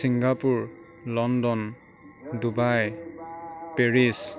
Singapore London Dubai Paris